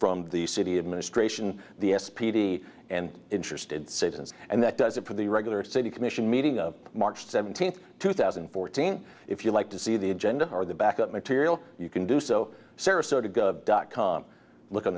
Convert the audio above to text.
from the city administration the s p d and interested citizens and that does it for the regular city commission meeting march seventeenth two thousand and fourteen if you like to see the agenda or the backup material you can do so sarasota dot com look on